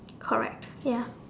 correct ya